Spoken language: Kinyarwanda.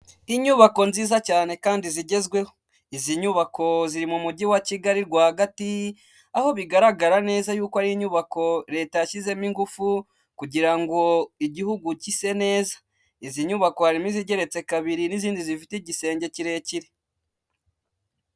Inyubako nziza cyane kandi zigezweho, izi nyubako ziri mu mujyi wa Kigali rwagati aho bigaragara neza yuko ari inyubako leta yashyizemo ingufu kugira ngo igihugu gise neza, izi nyubako harimo izigeretse kabiri n'izindi zifite igisenge kirekire.